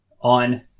on